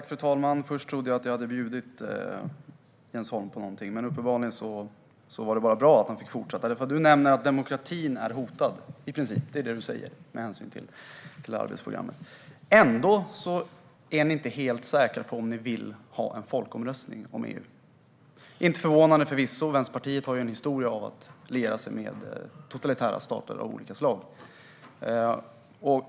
Fru talman! Först trodde jag att jag hade bjudit Jens Holm på någonting. Men uppenbarligen var det bara bra att han fick fortsätta. Jens Holm nämner nämligen att demokratin, med tanke på arbetsprogrammet, i princip är hotad. Det är det som han säger. Ändå är ni i Vänsterpartiet inte helt säkra på om ni vill ha en folkomröstning om EU. Det är förvisso inte förvånande. Vänsterpartiet har en historia av att liera sig med totalitära stater av olika slag.